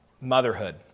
motherhood